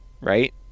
right